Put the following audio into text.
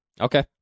Okay